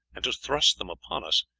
and to thrust them upon us,